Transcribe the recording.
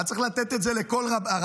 אז צריך לתת את זה לכל הרבנים,